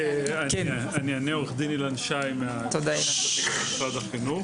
אני עורך דין ממשרד החינוך.